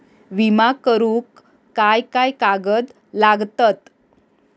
विमा करुक काय काय कागद लागतत?